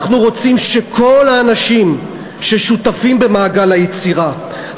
אנחנו רוצים שכל האנשים ששותפים במעגל היצירה,